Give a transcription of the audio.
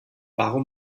warum